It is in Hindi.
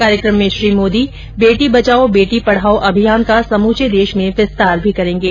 कार्यक्रम में श्री मोदी बेटी बचाओ बेटी पढ़ाओ अभियान का समूचे देश में विस्तार भी करेगे